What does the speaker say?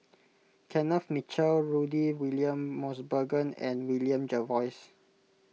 Kenneth Mitchell Rudy William Mosbergen and William Jervois